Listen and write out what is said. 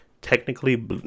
technically